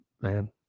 man